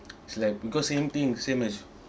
it's like because same thing same as